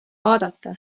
vaadata